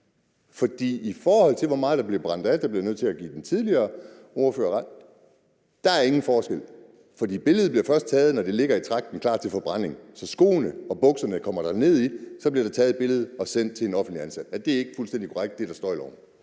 For i forhold til hvor meget der bliver brændt af, bliver jeg nødt til at give den tidligere ordfører ret i, at der ingen forskel er. For billedet bliver først taget, når tingene ligger i tragten klar til forbrænding. Skoene og bukserne kommer derned, og så bliver der taget et billede, som bliver sendt til en offentligt ansat. Er det ikke fuldstændig korrekt, at det er det,